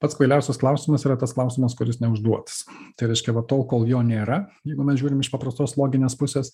pats kvailiausias klausimas yra tas klausimas kuris neužduotas tai reiškia va tol kol jo nėra jeigu mes žiūrim iš paprastos loginės pusės